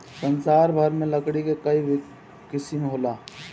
संसार भर में लकड़ी के कई किसिम होला